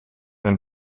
ein